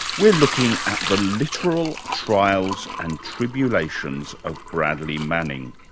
we're looking at the literal trials and tribulations of bradley manning